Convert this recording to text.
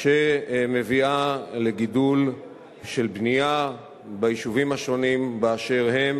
שמביאה לגידול של בנייה ביישובים השונים באשר הם,